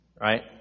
right